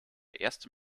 erste